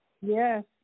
yes